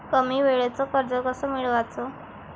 कमी वेळचं कर्ज कस मिळवाचं?